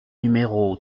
numéro